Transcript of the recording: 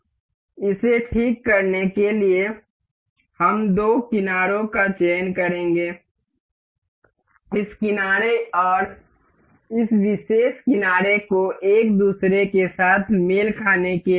इसे ठीक करने के लिए हम दो किनारों का चयन करेंगे इस किनारे और इस विशेष किनारे को एक दूसरे के साथ मेल खाने के लिए